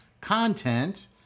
content